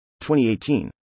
2018